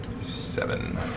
Seven